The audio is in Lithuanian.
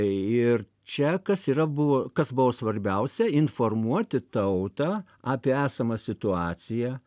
ir čia kas yra buvo kas buvo svarbiausia informuoti tautą apie esamą situaciją